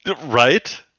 Right